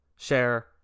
share